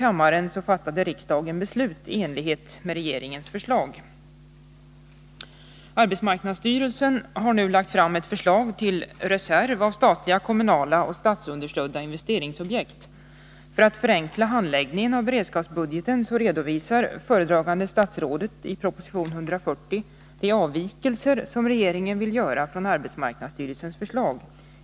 Arbetsmarknadsstyrelsen har nu lagt fram ett förslag till reserv av statliga, kommunala och statsunderstödda investeringsobjekt. För att förenkla handläggningen av beredskapsbudgeten redovisar föredragande statsrådet i proposition 140 de avvikelser som regeringen vill göra från arbetsmarknadsstyrelsens förslag.